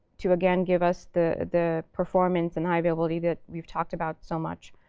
to again give us the the performance and high availability that we've talked about so much.